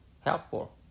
helpful